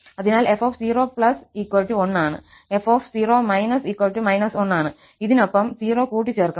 അതിനാൽ f0 1 ആണ് f0 − −1 ആണ് ഇതിനൊപ്പം 0 കൂട്ടിച്ചേർക്കും